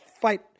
fight